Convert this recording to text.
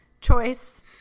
choice